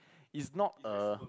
is not a